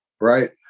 Right